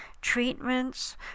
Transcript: Treatments